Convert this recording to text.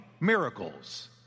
miracles